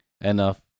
enough